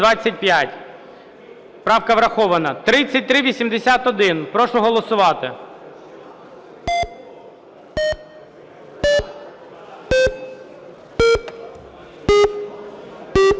Правка врахована. 3379. Прошу голосувати.